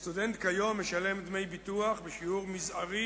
סטודנט כיום משלם דמי ביטוח בשיעור מזערי